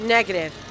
Negative